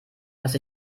dass